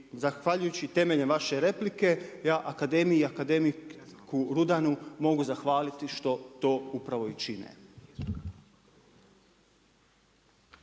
zahvaljujući temeljem vaše replike, ja akademija i akademik Rudanu mogu zahvaliti što to upravo i čine.